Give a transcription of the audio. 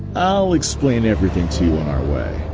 i'll explain everything to you on our way.